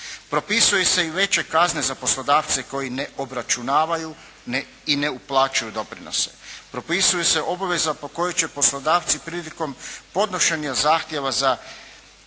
Propisuju se i veće kazne za poslodavce koji ne obračunavaju i ne uplaćuju doprinose. Propisuje se obveza po kojoj će poslodavci prilikom podnošenja zahtjeva za